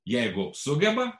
jeigu sugeba